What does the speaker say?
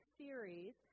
series